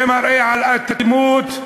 זה מראה על אטימות,